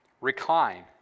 recline